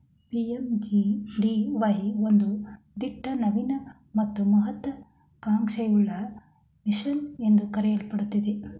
PMJDY ಒಂದು ದಿಟ್ಟ ನವೀನ ಮತ್ತು ಮಹತ್ವ ಕಾಂಕ್ಷೆಯುಳ್ಳ ಮಿಷನ್ ಎಂದು ಕರೆಯಲ್ಪಟ್ಟಿದೆ